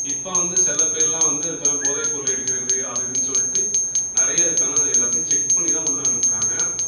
இப்போ வந்து சில பேருலாம் வந்து அதுக்கான போதை பொருள் எடுக்கிறது அது இதுன்னு சொல்லிடு நிறைய இப்போல்லாம் எல்லாத்தையும் செக் பண்ணி தான் உள்ள அனுப்புகிறாங்க